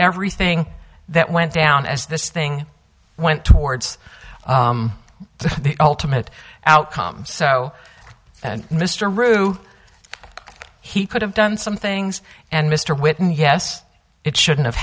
everything that went down as this thing went towards the ultimate outcome so mr rue he could have done some things and mr whitney yes it shouldn't have